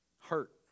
hurt